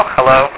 Hello